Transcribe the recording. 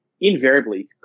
invariably